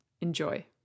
Enjoy